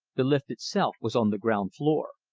the lift itself was on the ground floor.